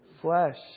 flesh